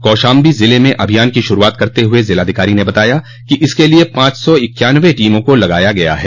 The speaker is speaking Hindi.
कौशाम्बी ज़िले में अभियान की शुरूआत करते हुये ज़िलाधिकारी ने बताया कि इसके लिये पांच सौ इक्यान्नबे टीमों को लगाया गया है